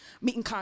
meeting